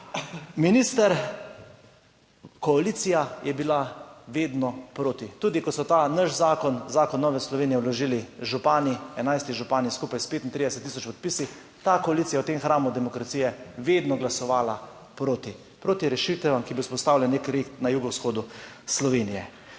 Minister, koalicija je bila vedno proti. Tudi ko so ta naš zakon, zakon Nove Slovenije vložili župani, 11 župan skupaj s 35 tisoč podpisi, ta koalicija je v tem hramu demokracije vedno glasovala proti, proti rešitvam, ki bi vzpostavile nekje na jugovzhodu Slovenije.